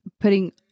putting